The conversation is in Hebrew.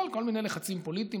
בגלל כל מיני לחצים פוליטיים.